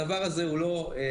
הדבר הזה הוא לא חדש.